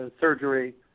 surgery